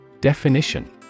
definition